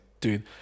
dude